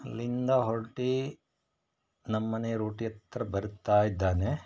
ಅಲ್ಲಿಂದ ಹೊರ್ಟು ನಮ್ಮನೆ ರೂಟ್ ಹತ್ರ ಬರ್ತಾ ಇದ್ದಾನೆ